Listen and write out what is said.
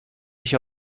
sich